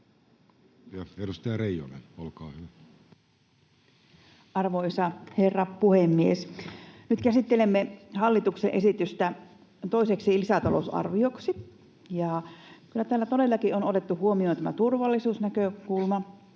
Edustaja Reijonen, olkaa hyvä. Arvoisa herra puhemies! Nyt käsittelemme hallituksen esitystä toiseksi lisätalousarvioksi. Ja kyllä täällä todellakin on otettu huomioon tämä turvallisuusnäkökulma